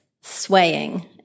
swaying